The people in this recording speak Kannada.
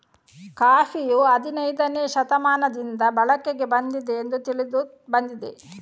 ಕಾಫಿಯು ಹದಿನೈದನೇ ಶತಮಾನದಿಂದ ಬಳಕೆಗೆ ಬಂದಿದೆ ಎಂದು ತಿಳಿದು ಬಂದಿದೆ